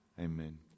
Amen